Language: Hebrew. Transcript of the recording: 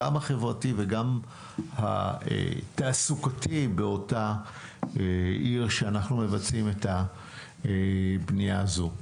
גם החברתי וגם התעסוקתי באותה עיר שאנחנו מבצעים את הבנייה הזאת.